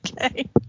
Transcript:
Okay